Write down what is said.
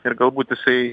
ir galbūt jisai